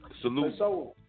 Salute